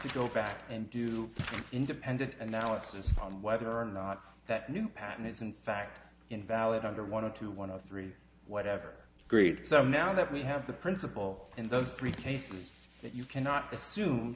to go back and do independent analysis on whether or not that new patent is in fact invalid under one of two one of three whatever great that now that we have the principle and the three cases that you cannot